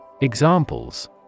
Examples